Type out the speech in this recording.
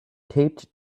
taped